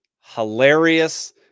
hilarious